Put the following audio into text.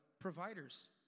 providers